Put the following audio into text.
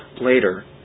later